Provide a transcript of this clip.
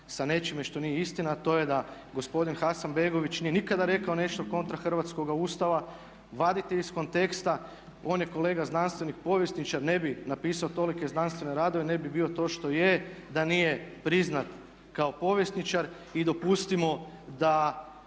sa nečime što nije istina, a to je da gospodin Hasanbegović nije nikada rekao nešto kontra Hrvatskoga ustava. Vadite iz konteksta. On je kolega znanstvenik, povjesničar, ne bi napisao tolike znanstvene radove, ne bi bio to što je da nije priznat kao povjesničar i dopustimo da